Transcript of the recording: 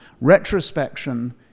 Retrospection